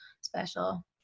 special